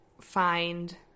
find